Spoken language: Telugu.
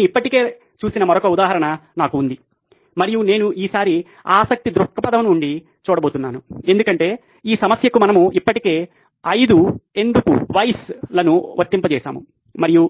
నేను ఇప్పటికే చూసిన మరొక ఉదాహరణ నాకు ఉంది మరియు నేను ఈసారి ఆసక్తి దృక్పథం నుండి చూడబోతున్నాను ఎందుకంటే ఈ సమస్యకు మనము ఇప్పటికే 5 ఎందుకు లను వర్తింపజేసాము మరియు